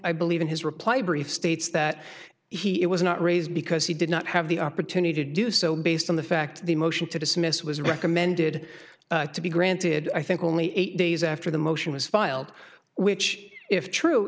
i believe in his reply brief states that he it was not raised because he did not have the opportunity to do so based on the fact the motion to dismiss was recommended to be granted i think only eight days after the motion was filed which if true